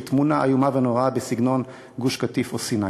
תמונה איומה ונוראה בסגנון גוש-קטיף או סיני,